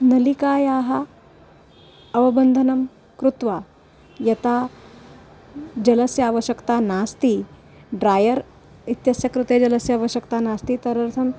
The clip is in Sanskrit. नलिकायाः अवबन्धनं कृत्वा यदा जलस्य आवश्यकता नास्ति ड्रयर् इत्यस्य कृते जलस्य आवश्यकता नास्ति तदर्थम्